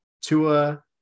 Tua